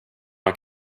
man